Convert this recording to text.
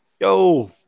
Yo